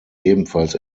ebenfalls